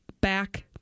back